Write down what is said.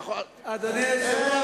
אין חוק עוקף בג"ץ.